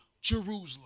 Jerusalem